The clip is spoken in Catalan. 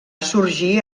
sorgir